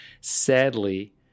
sadly